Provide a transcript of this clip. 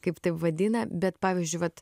kaip taip vadina bet pavyzdžiui vat